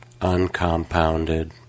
uncompounded